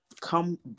come